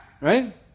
Right